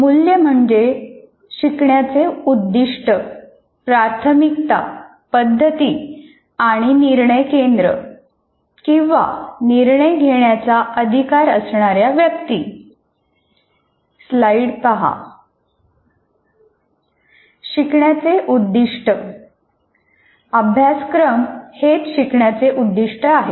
मूल्य म्हणजे शिकण्याचे उद्दिष्ट प्राथमिकता पद्धती आणि आणि निर्णय केंद्र शिकण्याचे उद्दिष्ट अभ्यासक्रम हेच शिकण्याचे उद्दिष्ट आहे